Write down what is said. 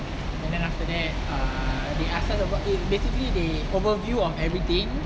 and then after that ah they ask us about it basically they overview of everything